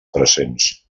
presents